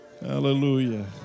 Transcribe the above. Hallelujah